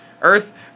Earth